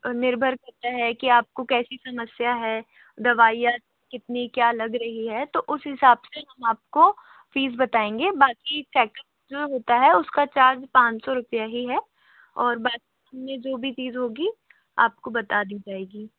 निर्भर करता है कि आप को कैसी समस्या है दवाइयाँ कितनी क्या लग रही है तो उस हिसाब से हम आप को फ़ीस बताएंगे बाक़ी चेकअप जो होता है उसका चार्ज पाँच सौ रुपये ही है और बाक़ी में जो भी फ़ीज़ होगी आप को बता दी जाएगी